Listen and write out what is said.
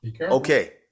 Okay